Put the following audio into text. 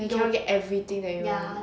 you don't get everything that you want